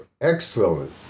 excellent